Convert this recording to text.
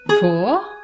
four